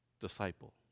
disciple